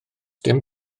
dim